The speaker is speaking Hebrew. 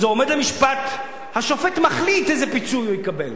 זה עומד למשפט, השופט מחליט איזה פיצוי הוא יקבל.